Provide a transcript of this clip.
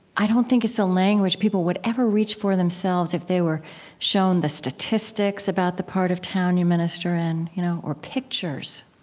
i don't think it's a language people would ever reach for themselves, if they were shown the statistics about the part of town you minister in, you know or pictures.